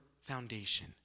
foundation